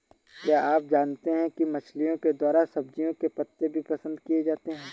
क्या आप जानते है मछलिओं के द्वारा सब्जियों के पत्ते भी पसंद किए जाते है